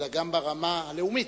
אלא גם ברמה הלאומית,